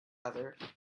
other